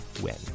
win